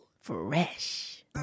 Fresh